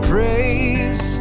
Praise